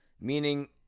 meaning